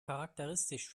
charakteristisch